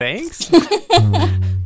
thanks